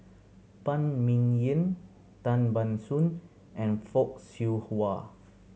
Phan Ming Yen Tan Ban Soon and Fock Siew Wah